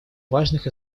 важных